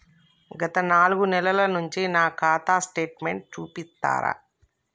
గత నాలుగు నెలల నుంచి నా ఖాతా స్టేట్మెంట్ చూపిస్తరా?